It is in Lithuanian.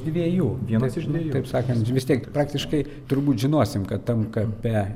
dviejų vienas iš dviejų taip sakant vis tiek praktiškai turbūt žinosim kad tam kampe